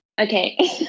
Okay